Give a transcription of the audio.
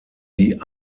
die